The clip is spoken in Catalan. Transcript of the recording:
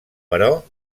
però